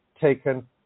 taken